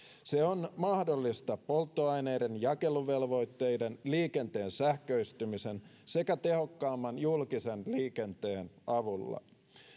se on mahdollista polttoaineiden jakeluvelvoitteiden liikenteen sähköistymisen sekä tehokkaamman julkisen liikenteen avulla